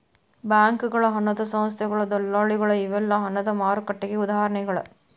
ಬ್ಯಾಂಕಗಳ ಹಣದ ಸಂಸ್ಥೆಗಳ ದಲ್ಲಾಳಿಗಳ ಇವೆಲ್ಲಾ ಹಣದ ಮಾರುಕಟ್ಟೆಗೆ ಉದಾಹರಣಿಗಳ